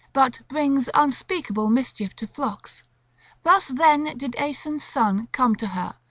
but brings unspeakable mischief to flocks thus then did aeson's son come to her,